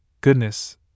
goodness